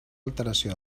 alteració